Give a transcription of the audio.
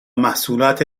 محصولات